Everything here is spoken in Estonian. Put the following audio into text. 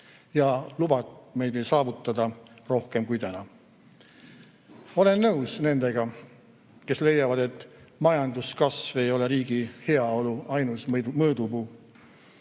ja lubavad meil saavutada rohkem kui täna. Olen nõus nendega, kes leiavad, et majanduskasv ei ole riigi heaolu ainus mõõdupuu.